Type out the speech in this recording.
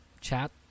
chat